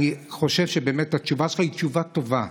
אני חושב שבאמת התשובה שלך היא תשובה טובה.